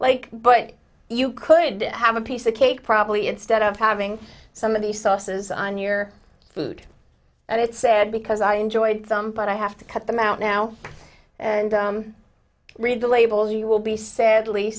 like but you could have a piece of cake probably instead of having some of the sauces on your food that it said because i enjoyed some but i have to cut them out now and read the labels you will be sadly